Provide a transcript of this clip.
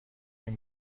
این